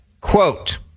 Quote